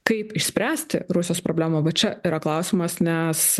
kaip išspręsti rusijos problemą va čia yra klausimas nes